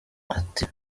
ati